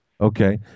Okay